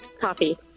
Coffee